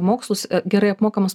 mokslus gerai apmokamas